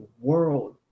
world